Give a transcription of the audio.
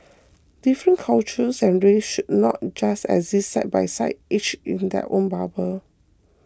different cultures and races should not just exist side by side each in their own bubble